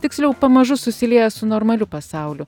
tiksliau pamažu susilieja su normaliu pasauliu